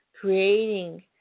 creating